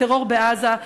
לטרור בעזה,